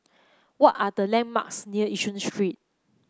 what are the landmarks near Yishun Street